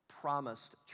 promised